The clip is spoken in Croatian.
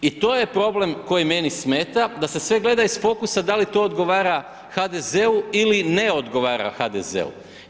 I to je problem koji meni smeta, da se sve gleda iz fokusa da li to odgovara HDZ-u ili ne odgovara HDZ-u.